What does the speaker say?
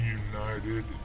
united